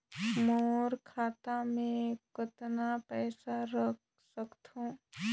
मोर खाता मे मै कतना पइसा रख सख्तो?